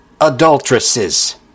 adulteresses